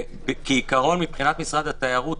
מבחינת משרד התיירות,